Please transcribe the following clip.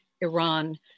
Iran